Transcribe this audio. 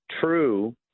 true